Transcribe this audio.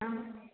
ಹಾಂ